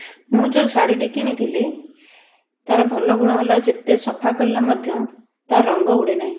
ମୁଁ ଯେଉଁ ଶାଢ଼ିଟି କିଣିଥିଲି ତାର ଭଲ ଗୁଣ ହେଲା ଯେତେ ସଫା କଲେ ମଧ୍ୟ ତା ରଙ୍ଗ ଉଡ଼େ ନାହିଁ